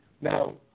Now